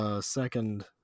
Second